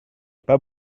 pas